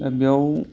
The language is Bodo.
दा बेयाव